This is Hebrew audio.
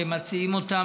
שמציעים אותה,